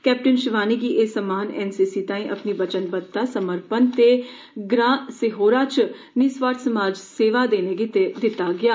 captain Shivani गी एह सम्मान एन सी सी ताई अपनी वचनबद्धता समर्पन ते ग्रां शेहोरा च निस्वार्थ समाजी सेवा देने गितै दिता गेआ